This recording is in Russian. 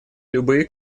любые